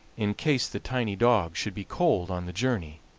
in case the tiny dog should be cold on the journey.